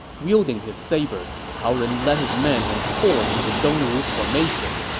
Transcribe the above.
wielding his saber, cao ren led his men and poured into dongwu's formation.